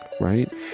right